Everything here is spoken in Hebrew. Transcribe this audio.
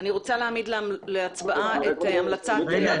אני רוצה להעמיד להצבעה את המלצת הוועדה --- רגע,